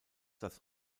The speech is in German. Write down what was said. das